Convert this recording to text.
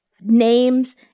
names